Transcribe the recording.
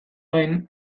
gain